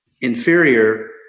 inferior